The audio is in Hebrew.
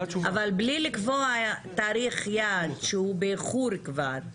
אבל בלי לקבוע תאריך יעד שהוא באיחור כבר,